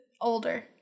older